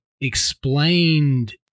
explained